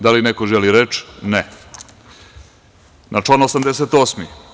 Da li neko želi reč? (Ne.) Na član 88.